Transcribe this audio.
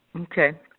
Okay